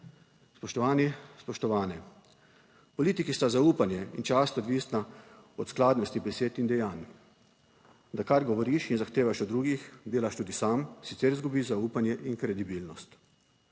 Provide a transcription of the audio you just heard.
Spoštovani, spoštovane! Politiki sta zaupanje in čas odvisna od skladnosti besed in dejanj, da kar govoriš in zahtevaš od drugih, delaš tudi sam, sicer izgubiš zaupanje in kredibilnost.